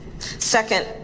Second